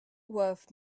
worth